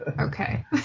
Okay